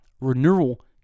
Renewal